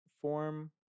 form